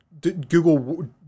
Google